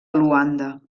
luanda